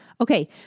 Okay